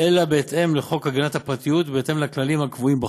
אלא בהתאם לחוק הגנת הפרטיות ובהתאם לכללים הקבועים בחוק.